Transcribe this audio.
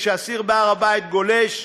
כשהסיר בהר-הבית גולש,